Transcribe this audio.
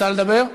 רוצה לדבר?